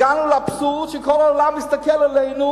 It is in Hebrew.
הגענו לאבסורד שכל העולם מסתכל עלינו,